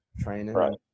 training